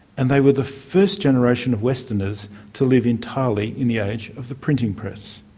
and they were the first generation of westerners to live entirely in the age of the printing press.